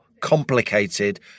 complicated